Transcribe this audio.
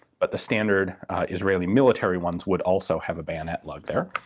but the standard israeli military ones would also have a bayonet lug there.